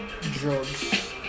Drugs